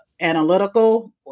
analytical